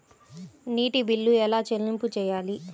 నీటి బిల్లు ఎలా చెల్లింపు చేయాలి?